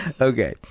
okay